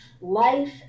life